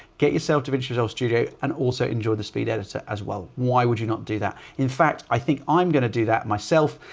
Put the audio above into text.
get yourself davinci resolve studio and also enjoy the speed editor as well. why would you not do that? in fact, i think i'm going to do that myself,